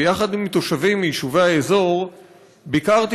ויחד עם תושבים מיישובי האזור ביקרתי